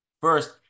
First